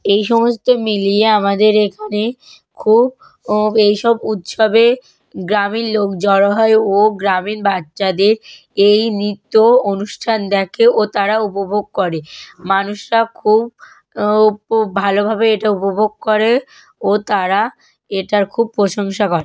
এই সমস্ত মিলিয়ে আমাদের এখানে খুব এইসব উৎসবে গ্রামীণ লোক জড়ো হয় ও গ্রামীণ বাচ্চাদের এই নৃত্য অনুষ্ঠান দেখে ও তারা উপভোগ করে মানুষরা খুব ভালোভাবে এটা উপভোগ করে ও তারা এটার খুব প্রশংসা করে